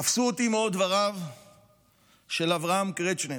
תפסו אותי מאוד דבריו של אברהם קרצ'מר.